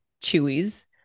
chewies